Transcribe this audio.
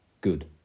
good